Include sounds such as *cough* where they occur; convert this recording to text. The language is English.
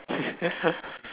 *laughs*